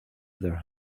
their